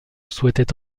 souhaitait